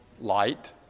Light